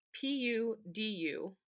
P-U-D-U